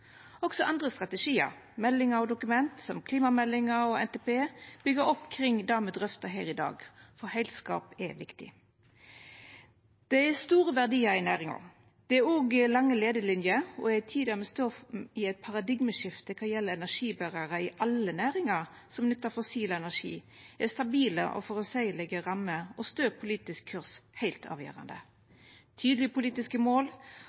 Også andre strategiar, meldingar og dokument, som klimameldinga og NTP, byggjer opp kring det me drøftar her i dag. Heilskap er viktig. Det er store verdiar i næringa. Det er også lange leielinjer, og i ei tid der me står i eit paradigmeskifte kva gjeld energiberarar i alle næringar som nyttar fossil energi, er stabile og føreseielege rammer og stø politisk kurs heilt avgjerande. Tydelege politiske mål